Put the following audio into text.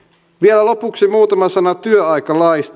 vielä lopuksi muutama sana työaikalaista